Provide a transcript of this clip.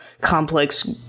complex